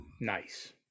nice